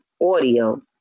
audio